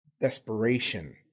desperation